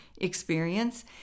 experience